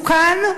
מסוכן?